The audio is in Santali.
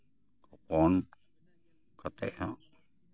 ᱦᱚᱯᱚᱱ ᱠᱟᱛᱮᱫ ᱦᱚᱸ